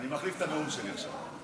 אני מחליף את הנאום שלי עכשיו.